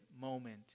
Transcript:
moment